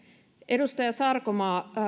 edustaja sarkomaa